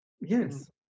Yes